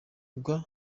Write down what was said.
rwa